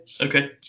Okay